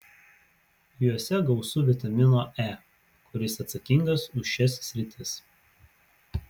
juose gausu vitamino e kuris atsakingas už šias sritis